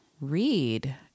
read